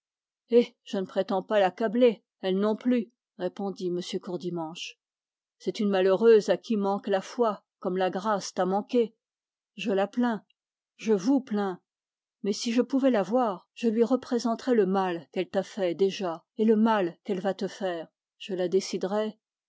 je ne prétends pas l'accabler elle non plus répondit m courdimanche c'est une malheureuse à qui manque la foi comme la grâce t'a manqué je la plains je vous plains mais si je pouvais la voir je lui représenterais le mal qu'elle t'a fait déjà et le mal qu'elle va te faire je la déciderais